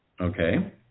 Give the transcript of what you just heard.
Okay